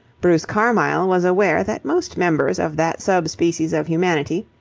bruce carmyle was aware that most members of that sub-species of humanity,